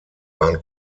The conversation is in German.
waren